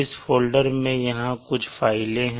इस फ़ोल्डर में यहाँ कुछ फ़ाइलें हैं